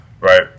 right